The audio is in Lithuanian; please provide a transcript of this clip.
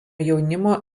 jaunimo